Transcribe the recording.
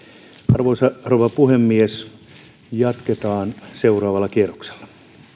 arvoisa rouva puhemies jatketaan seuraavalla kierroksella